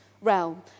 realm